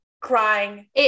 crying